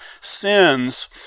sins